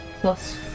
Plus